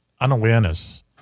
unawareness